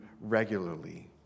regularly